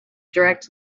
direct